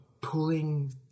pulling